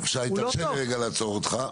שי, תקשיב ואעצור אותך.